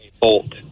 bolt